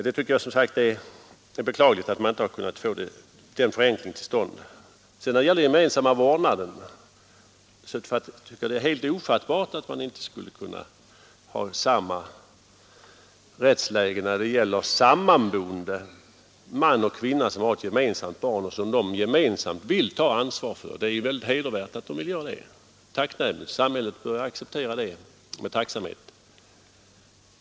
Jag tycker som sagt att det är beklagligt att man inte har kunnat få den förenklingen till stånd. När det gäller den gemensamma vårdnaden anser jag att det är helt ofattbart att man inte skall kunna ha samma rättsläge för sammanboende man och kvinna som har ett gemensamt barn och gemensamt vill ta ansvar för detta som man har för gifta. Det är mycket hedervärt att de vill göra det, och samhället bör acceptera det med tacksamhet.